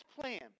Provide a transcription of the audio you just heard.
plan